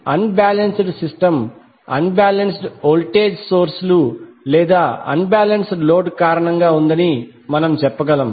కాబట్టి unbalanced system unbalanced voltage source లు లేదా అన్ బాలెన్స్డ్ లోడ్ కారణంగా ఉందని మనము చెప్పగలం